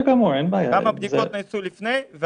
כמה בדיקות נעשו לפני הסגר